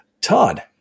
Todd